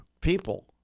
people